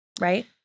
Right